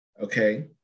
okay